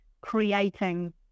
creating